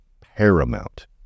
paramount